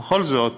ובכל זאת,